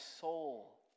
soul